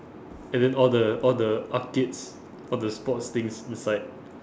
and then all the all the arcades all the sports things inside